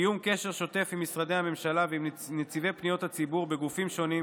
קיום קשר שוטף עם משרדי הממשלה ועם נציבי פניות הציבור בגופים שונים,